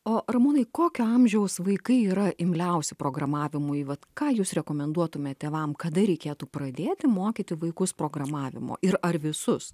o ramūnai kokio amžiaus vaikai yra imliausi programavimui vat ką jūs rekomenduotumėt tėvam kada reikėtų pradėti mokyti vaikus programavimo ir ar visus